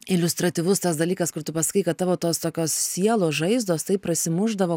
iliustratyvus tas dalykas kur tu pasakai kad tavo tos tokios sielos žaizdos tai prasimušdavo